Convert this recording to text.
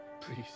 Please